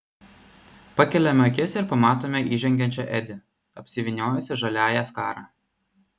pakeliame akis ir pamatome įžengiančią edi apsivyniojusią žaliąją skarą